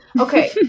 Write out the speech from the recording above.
okay